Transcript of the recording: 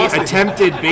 attempted